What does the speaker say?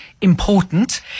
important